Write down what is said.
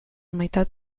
meitat